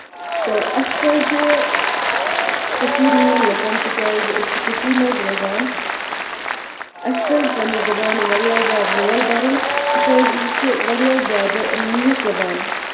تہٕ اَسہِ پَزِ کٔشیٖر ہِندٮ۪ن لُکَن تِکیازِ أسۍ چھِ کٔشیٖر منٛز روزان اَسہِ پَزِ پَننہِ زَبانہِ واریاہ زیادٕ لول بَرُن تِکیازِ یہِ چھِ واریاہ زیادٕ میٖٹھ زَبان